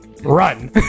run